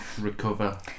Recover